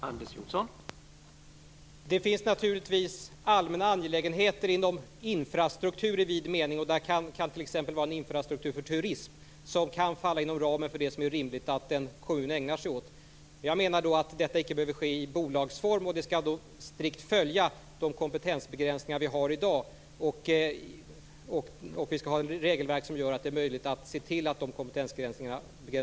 Herr talman! Det finns naturligtvis allmänna angelägenheter inom infrastrukturen i vid mening. Infrastrukturen på turismområdet kan t.ex. falla inom ramen för vad som är rimligt att en kommun ägnar sig åt. Jag menar att verksamheten icke behöver ske i bolagsform. De kompetensbegränsningar vi har i dag skall strikt följas. Vi skall ha ett regelverk som gör att det är möjligt att se till att de kompetensbegränsningarna följs.